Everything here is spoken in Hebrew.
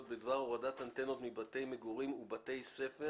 בדבר הורדת אנטנות מבתי מגורים ובתי ספר